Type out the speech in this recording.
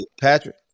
Patrick